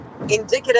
indicative